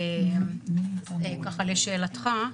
לשאלתך,